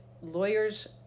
lawyers